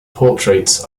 portraits